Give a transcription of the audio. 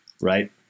Right